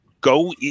go